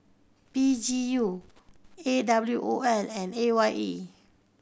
P G U A W O L and A Y E